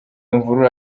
imvururu